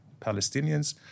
Palestinians